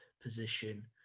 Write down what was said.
position